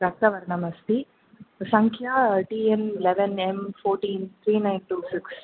रक्तवर्णम् अस्ति सङ्ख्या D M eleven M fourteen three nine two six